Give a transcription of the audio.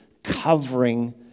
covering